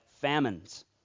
famines